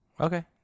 Okay